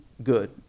Good